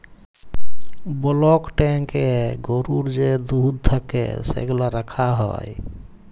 block ট্যাংকয়ে গরুর যে দুহুদ থ্যাকে সেগলা রাখা হ্যয়